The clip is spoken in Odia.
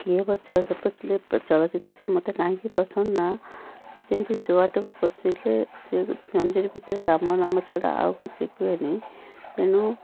କି ହେବ ଶୁଆ ପୋଷିଲେ ଚଳଚ୍ଚିତ୍ରଟା ମୋତେ କାହିଁକି ପସନ୍ଦ ନା ଯେମିତି ଶୁଆଟାକୁ ପୋଷିଲେ ସେ ପଞ୍ଜୁରୀ ଭିତରେ ରାମନାମ ଛଡ଼ା ଆଉ କିଛି କୁହେନି ତେଣୁ